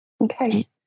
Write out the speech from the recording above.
okay